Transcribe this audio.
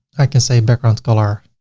i can say background color